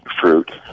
fruit